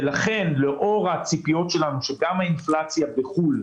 לכן לאור הציפיות שלנו שגם האינפלציה בחו"ל,